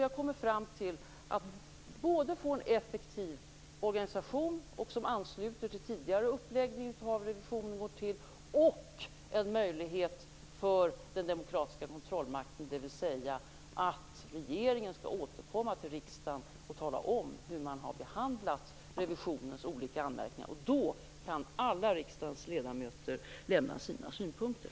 Vi har kommit fram till både en effektiv organisation som ansluter till tidigare upplägg av hur revisionen går till och en möjlighet för den demokratiska kontrollmakten, dvs. att regeringen skall återkomma till riksdagen och tala om hur man har behandlat revisionens olika anmärkningar. Då kan alla riksdagens ledamöter lämna sina synpunkter.